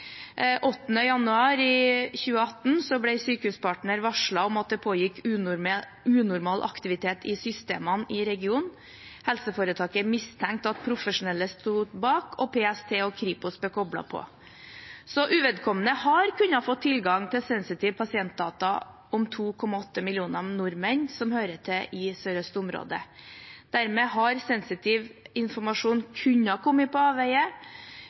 i sin redegjørelse. Den 8. januar 2018 ble Sykehuspartner varslet om at det pågikk unormal aktivitet i systemene i regionen. Helseforetaket mistenkte at profesjonelle sto bak, og PST og Kripos ble koblet inn. Uvedkommende har kunnet få tilgang til sensitive pasientdata om 2,8 millioner nordmenn som hører til i området Sør-Øst. Dermed har sensitiv informasjon kunnet komme på avveier,